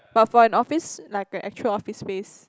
but for an office like a actual office space